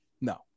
No